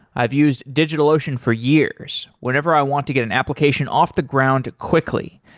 i've used digitalocean for years whenever i want to get an application off the ground quickly,